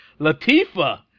latifa